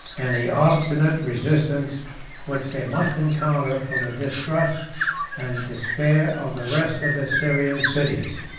and the obstinate resistance which they must encounter from the distrust and despair of the rest of the syrian cities.